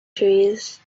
trees